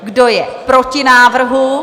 Kdo je proti návrhu?